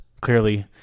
Clearly